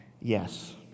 yes